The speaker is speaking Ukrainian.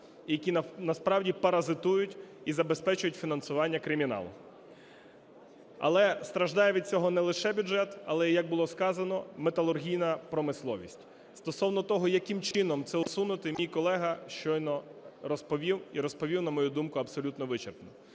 які насправді паразитують і забезпечують фінансування криміналу. Але страждає від цього не лише бюджет, але, як було сказано, металургійна промисловість. Стосовно того, яким чином це усунути, мій колега щойно розповів і розповів, на мою думку, абсолютно вичерпно.